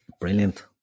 Brilliant